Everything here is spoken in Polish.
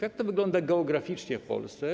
Jak to wygląda geograficznie w Polsce?